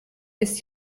ist